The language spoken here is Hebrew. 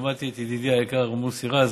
שמעתי את ידידי היקר מוסי רז,